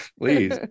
please